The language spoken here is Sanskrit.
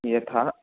यथा